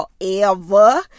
forever